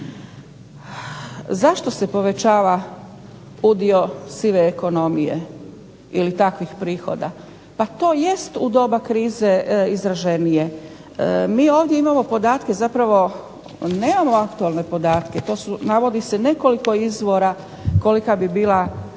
Zašto se povećava udio sive ekonomije? Ili takvih prihoda. Pa to jest u doba krize izraženije. Mi ovdje imamo podatke, zapravo nemamo aktualne podatke, to su, navodi se nekoliko izvora kolika bi bila